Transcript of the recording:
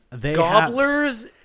Gobblers